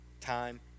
time